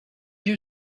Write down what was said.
you